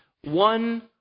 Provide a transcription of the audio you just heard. one